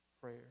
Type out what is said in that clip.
Prayer